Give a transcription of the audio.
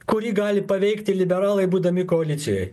kurį gali paveikti liberalai būdami koalicijoj